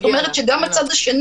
את לא מועילה לשום דבר.